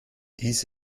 dies